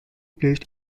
placed